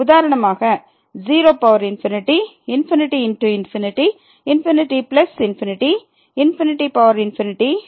உதாரணமாக 0 ∞×∞∞∞ அல்லது ∞